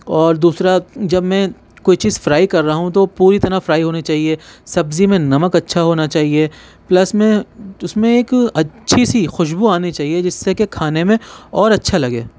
اور دوسرا جب میں کوئی چیز فرائی کر رہا ہوں تو پوری طرح فرائی ہونی چاہیے سبزی میں نمک ہونا چاہیے پلس میں اس میں ایک اچھی سی خوشبو آنی چاہیے جس سے کہ کھانے میں اور اچھا لگے